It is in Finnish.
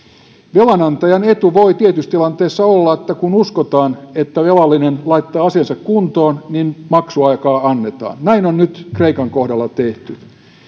velanantajan etu voi tietyissä tilanteissa olla että kun uskotaan että velallinen laittaa asiansa kuntoon niin maksuaikaa annetaan näin on nyt kreikan kohdalla tehty